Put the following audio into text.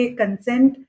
consent